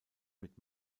mit